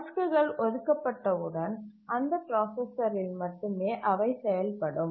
டாஸ்க்குகள் ஒதுக்கப்பட்டவுடன் அந்த பிராசசரில் மட்டுமே அவை செயல்படும்